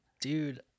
dude